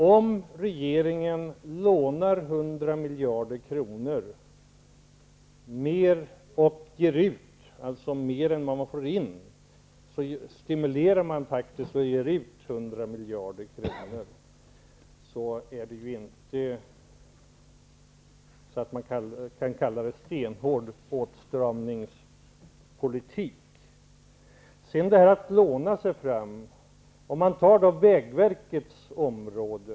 Om regeringen lånar hundra miljarder kronor mer än vad man får in och ger sedan ut dem stimulerar man faktiskt för hundra miljarder kronor. Det kan man inte kalla stenhård åtstramningspolitik. Låt mig säga några ord om att låna sig fram. Jag vill då ta exempel från vägverkets område.